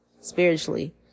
spiritually